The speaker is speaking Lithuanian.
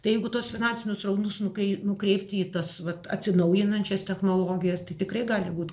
tai jeigu tuos finansinius srautus nukreipti nukreipti į tas vat atsinaujinančias technologijas tai tikrai gali būt